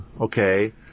okay